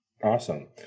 Awesome